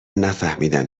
نفهمیدیم